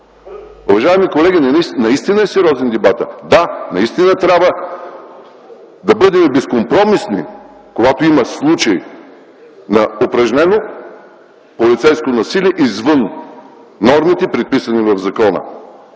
Уважаеми колеги, наистина е сериозен дебатът. Да, трябва да бъдем безкомпромисни, когато има случаи на упражнено полицейско насилие извън нормите предписани в закона.